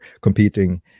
competing